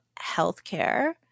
healthcare